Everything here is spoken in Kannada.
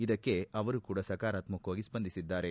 ಇದಕ್ಕೆ ಅವರು ಕೂಡ ಸಕರಾತ್ಗಕವಾಗಿ ಸ್ವಂದಿಸಿದ್ದಾರೆ